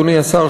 אדוני השר,